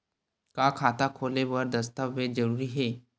का खाता खोले बर दस्तावेज जरूरी हे?